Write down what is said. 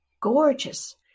gorgeous